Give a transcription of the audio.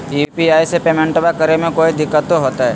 UPI से पेमेंटबा करे मे कोइ दिकतो होते?